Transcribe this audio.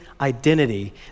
identity